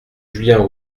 julien